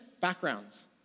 backgrounds